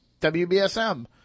WBSM